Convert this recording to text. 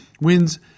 Winds